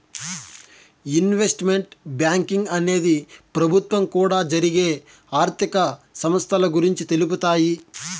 investment banking అనేది ప్రభుత్వం కూడా జరిగే ఆర్థిక సంస్థల గురించి తెలుపుతాయి